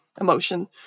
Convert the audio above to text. emotion